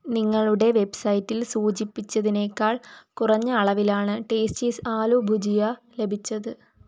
നിങ്ങളുടെ വെബ്സൈറ്റിൽ സൂചിപ്പിച്ചതിനേക്കാൾ കുറഞ്ഞ അളവിലാണ് ടേസ്റ്റീസ് ആലു ഭുജിയ ലഭിച്ചത്